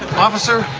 officer.